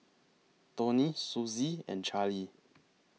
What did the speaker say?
Toni Sussie and Charlee